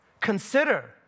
consider